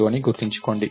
దీన్ని గుర్తుంచుకోండి